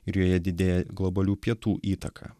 ir joje didėja globalių pietų įtaka